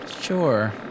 sure